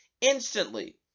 instantly